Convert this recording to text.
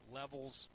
levels